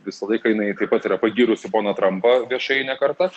visą laiką jinai taip pat yra pagyrusi poną trampą viešai ne kartą